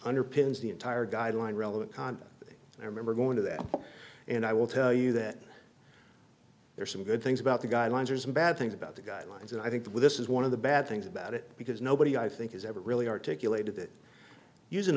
underpins the entire guideline relevant content and i remember going to that and i will tell you that there are some good things about the guidelines or some bad things about the guidelines and i think this is one of the bad things about it because nobody i think has ever really articulated that using